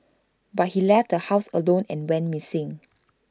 but he left the house alone and went missing